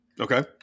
Okay